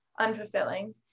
unfulfilling